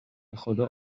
بخدا